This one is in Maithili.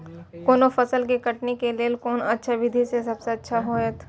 कोनो फसल के कटनी के लेल कोन अच्छा विधि सबसँ अच्छा होयत?